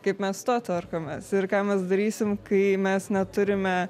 kaip mes su tuo tvarkomės ir ką mes darysim kai mes neturime